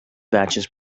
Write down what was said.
batches